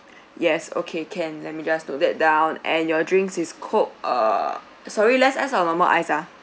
yes okay can let me just note that down and your drinks is coke err sorry less or normal ice ah